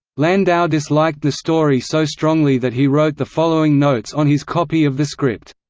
landau disliked the story so strongly that he wrote the following notes on his copy of the script